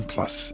Plus